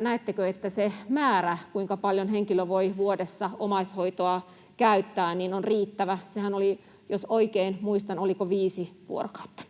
Näettekö, että se määrä, kuinka paljon henkilö voi vuodessa omaishoitoa käyttää, on riittävä? Sehän oli, jos oikein muistan, 5 vuorokautta.